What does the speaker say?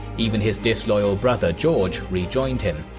even his disloyal brother george rejoined him.